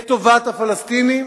את טובת הפלסטינים.